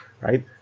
right